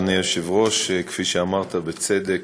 אדוני היושב-ראש, כפי שאמרת, בצדק,